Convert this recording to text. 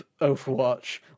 Overwatch